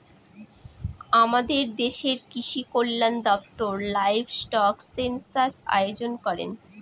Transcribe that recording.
আমাদের দেশের কৃষিকল্যান দপ্তর লাইভস্টক সেনসাস আয়োজন করেন